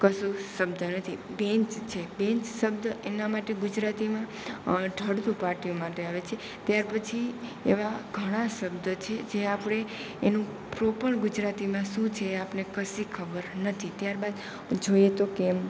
કશું શબ્દ નથી બેન્ચ છે બેન્ચ શબ્દ એના માટે ગુજરાતીમાં ઢળતું પાટિયું માટે આવે છે ત્યાર પછી એવા ઘણા શબ્દ છે જે આપણે એનું પ્રોપર ગુજરાતીમાં શું છે એ આપણને કશી ખબર નથી ત્યારબાદ જોઈએ તો કેમ